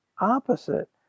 opposite